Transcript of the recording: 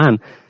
man